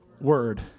Word